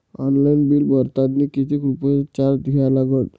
Online bill भरतानी कितीक रुपये चार्ज द्या लागन?